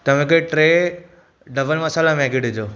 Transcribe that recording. त मूंखे टे डबल मसाल्हा मैगी ॾिजो